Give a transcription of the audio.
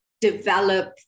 develop